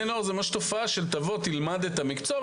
בקרב בני הנוער זה ממש תופעה: תבוא תלמד את המקצוע,